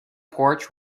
porch